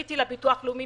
פניתי לביטוח הלאומי,